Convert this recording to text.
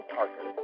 Parker